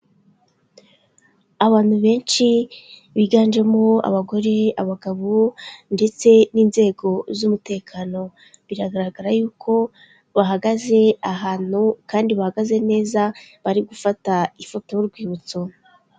Abantu benshi biganjemo abagore, abagabo ndetse n'inzego z'umutekano, biragaragara yuko bahagaze ahantu kandi bahagaze neza bari gufata ifoto y'urwibutso.